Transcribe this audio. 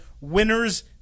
Winners